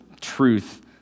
truth